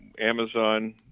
Amazon